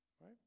right